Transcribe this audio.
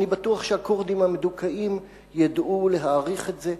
ואני בטוח שהכורדים המדוכאים ידעו להעריך את זה.